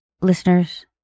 Listeners